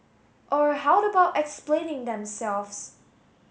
or how about explaining themselves